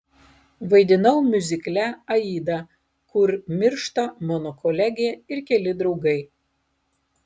vaidinau miuzikle aida kur miršta mano kolegė ir keli draugai